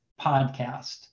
Podcast